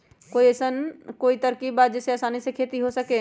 कोई अइसन कोई तरकीब बा जेसे आसानी से खेती हो सके?